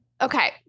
Okay